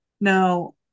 Now